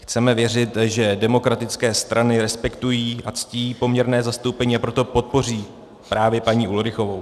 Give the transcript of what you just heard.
Chceme věřit, že demokratické strany respektují a ctí poměrné zastoupení, a proto podpoří právě paní Ulrichovou.